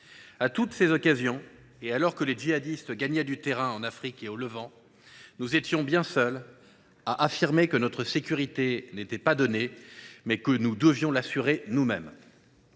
toutes ces occasions, alors que les djihadistes gagnaient du terrain en Afrique et au Levant, nous étions bien seuls à affirmer que notre sécurité n’était pas garantie et que nous devions l’assurer nous mêmes.